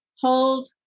hold